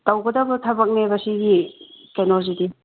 ꯇꯧꯒꯗꯕ ꯊꯕꯛꯅꯦꯕ ꯁꯤꯒꯤ ꯀꯩꯅꯣꯁꯤꯗꯤ